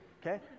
Okay